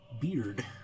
beard